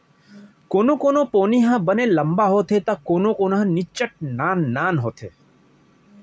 कोनो कोनो पोनी ह बने लंबा होथे त कोनो ह निच्चट नान नान होथे